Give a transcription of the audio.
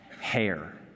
hair